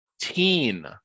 teen